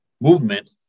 movement